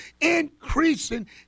increasing